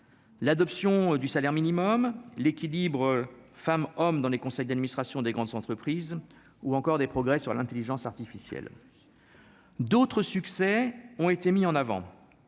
l'adoption du salaire minimum, l'équilibre femmes-hommes dans les conseils d'administration des grandes entreprises ou encore des progrès sur l'Intelligence artificielle d'autres succès, ont été mis en avant,